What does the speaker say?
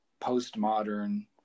postmodern